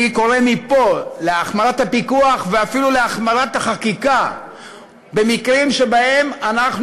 אני קורא מפה להחמרת הפיקוח ואפילו להחמרת החקיקה במקרים שבהם אנחנו